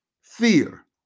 fear